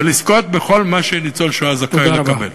ולזכות בכל מה שניצול שואה זכאי לקבל.